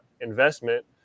investment